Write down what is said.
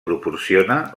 proporciona